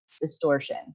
distortion